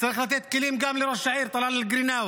וצריך לתת כלים גם לראש העיר טלאל אל-קרינאווי.